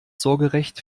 sorgerecht